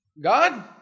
God